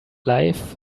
life